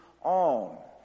on